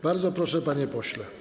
Bardzo proszę, panie pośle.